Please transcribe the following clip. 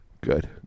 good